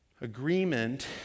agreement